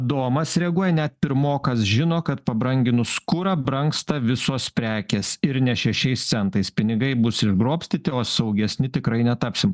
domas reaguoja net pirmokas žino kad pabranginus kurą brangsta visos prekės ir ne šešiais centais pinigai bus išgrobstyti o saugesni tikrai netapsim